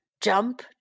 jump